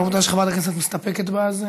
והעובדה שחברת הכנסת מתספקת בה זה